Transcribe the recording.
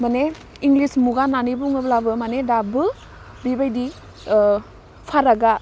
मानि इंलिस मुगा होन्नानै बुङोब्लाबो मानि दाबबो बिबायदि फारागा